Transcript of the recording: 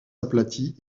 aplati